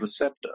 receptor